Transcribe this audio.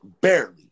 Barely